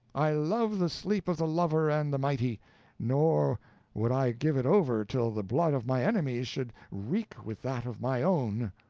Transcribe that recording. i love the sleep of the lover and the mighty nor would i give it over till the blood of my enemies should wreak with that of my own.